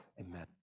Amen